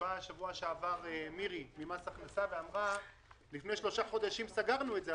בשבוע שעבר אמרה מירי ממס הכנסה שלפני שלושה חודשים הם סגרו את זה,